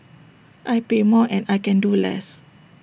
I pay more and I can do less